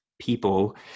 people